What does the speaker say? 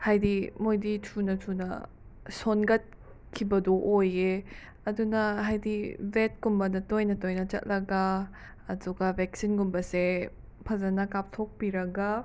ꯍꯥꯏꯗꯤ ꯃꯣꯏꯗꯤ ꯊꯨꯅ ꯊꯨꯅ ꯁꯣꯟꯒꯠꯈꯤꯕꯗꯣ ꯑꯣꯏꯌꯦ ꯑꯗꯨꯅ ꯍꯥꯏꯗꯤ ꯕꯦꯠꯀꯨꯝꯕꯗ ꯇꯣꯏꯅ ꯇꯣꯏꯅ ꯆꯠꯂꯒ ꯑꯗꯨꯒ ꯕꯦꯛꯁꯤꯟꯒꯨꯝꯕꯁꯦ ꯐꯖꯅ ꯀꯥꯞꯊꯣꯛꯄꯤꯔꯒ